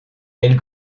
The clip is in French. elle